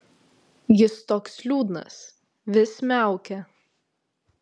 jis toks liūdnas vis miaukia